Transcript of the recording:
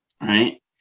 Right